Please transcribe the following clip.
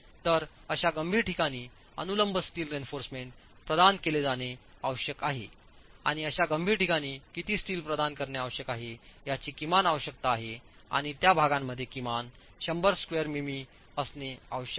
तर अशा गंभीर ठिकाणी अनुलंब स्टील रीइन्फोर्समेंट प्रदान केले जाणे आवश्यक आहे आणि अशा गंभीर ठिकाणी किती स्टील प्रदान करणे आवश्यक आहे याची किमान आवश्यकता आहे आणि त्या भागांमध्ये किमान 100 स्क्वेअर मिमी असणे आवश्यक आहे